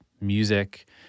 music